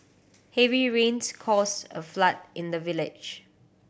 heavy rains caused a flood in the village